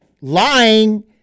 Lying